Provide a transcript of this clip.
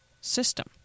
system